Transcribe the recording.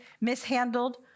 mishandled